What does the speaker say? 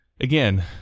again